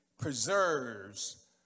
preserves